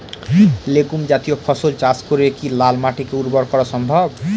Legume জাতীয় ফসল চাষ করে কি লাল মাটিকে উর্বর করা সম্ভব?